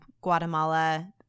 Guatemala